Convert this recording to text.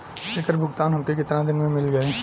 ऐकर भुगतान हमके कितना दिन में मील जाई?